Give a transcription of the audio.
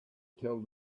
tell